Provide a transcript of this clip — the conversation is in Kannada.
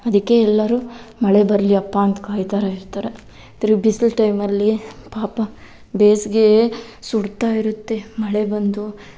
ಅದಕ್ಕೆ ಎಲ್ಲರೂ ಮಳೆ ಬರಲಿಯಪ್ಪ ಅಂತ ಕಾಯ್ತರೆ ಇರ್ತಾರೆ ತಿರ್ಗ ಬಿಸಿಲು ಟೈಮಲ್ಲಿ ಪಾಪ ಬೇಸಿಗೆ ಸುಡ್ತಾಯಿರುತ್ತೆ ಮಳೆ ಬಂದು